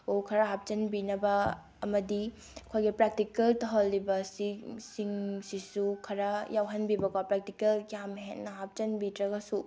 ꯑꯣ ꯈꯔ ꯍꯥꯞꯆꯤꯟꯕꯤꯅꯕ ꯑꯃꯗꯤ ꯑꯩꯈꯣꯏꯒꯤ ꯄ꯭ꯔꯥꯛꯇꯤꯀꯦꯜ ꯇꯧꯍꯜꯂꯤꯕ ꯑꯁꯤꯁꯤꯡꯁꯨꯁꯨ ꯈꯔ ꯌꯥꯎꯍꯟꯕꯤꯕꯀꯣ ꯄ꯭ꯔꯥꯛꯇꯤꯀꯦꯜ ꯌꯥꯝ ꯍꯦꯟꯅ ꯍꯥꯞꯆꯤꯟꯕꯤꯗ꯭ꯔꯒꯁꯨ